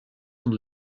sont